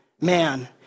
man